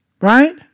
Right